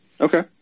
Okay